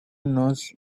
knows